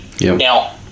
Now